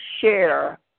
share